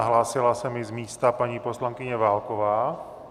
Hlásila se mi z místa paní poslankyně Válková.